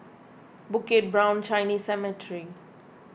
Bukit Brown Chinese Cemetery